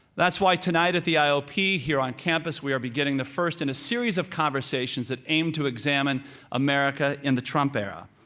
that's why tonight at the ah iop here on campus we are beginning the first in a series of conversations that aim to examine america in the trump era.